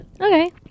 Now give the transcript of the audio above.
Okay